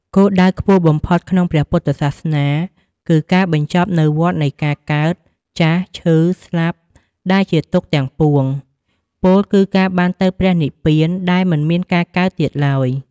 គោលដៅខ្ពស់បំផុតក្នុងព្រះពុទ្ធសាសនា គឺការបញ្ចប់នូវវដ្តនៃការកើត ចាស់ ឈឺ ស្លាប់ ដែលជាទុក្ខទាំងពួង ពោលគឺការបានទៅព្រះនិព្វានដែលមិនមានការកើតទៀតឡើយ។